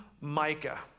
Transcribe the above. Micah